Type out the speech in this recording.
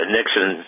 Nixon